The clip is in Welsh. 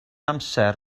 amser